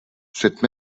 cette